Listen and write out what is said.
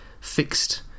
fixed